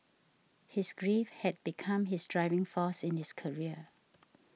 his grief had become his driving force in his career